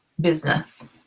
business